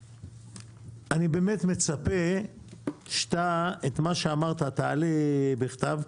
אני באמת מצפה שאתה, את מה שאמרת תעלה בכתב.